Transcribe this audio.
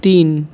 তিন